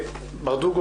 מאיר ברדוגו,